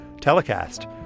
telecast